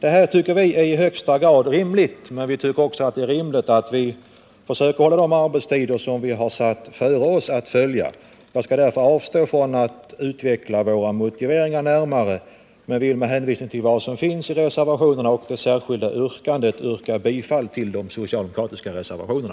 Vi anser att dessa krav är synnerligen rimliga. Vidare anser vi att det är rimligt att man försöker hålla de arbetstider som man satt sig före att följa. Jag avstår således från att närmare utveckla våra motiveringar, men jag vill med hänvisning till reservationerna och det särskilda yttrandet yrka bifall till de socialdemokratiska reservationerna.